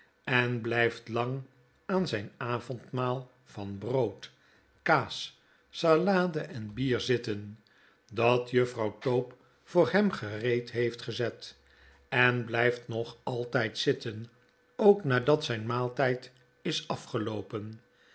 en blyftlang aan zjjn avondmaal van brood kaas salade en bier zitten dat juffrouwtopevoor hem gereed heeft gezet en bljjft nog altjjd zitten ook nadat zjjn maaltyd is afgeloopen